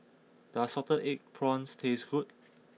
does Salted Egg Prawns taste good